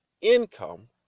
income